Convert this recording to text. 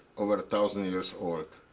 over a thousand years old.